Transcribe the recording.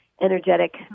energetic